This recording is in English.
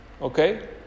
Okay